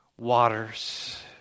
waters